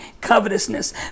covetousness